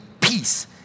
peace